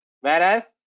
whereas